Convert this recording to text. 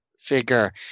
figure